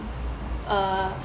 uh